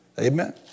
Amen